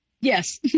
Yes